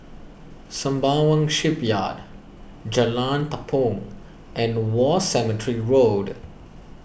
Sembawang Shipyard Jalan Tepong and War Cemetery Road